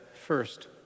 first